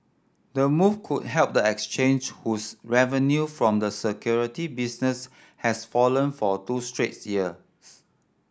the move could help the exchange whose revenue from the security business has fallen for two straights years